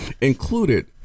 included